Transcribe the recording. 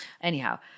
Anyhow